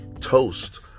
Toast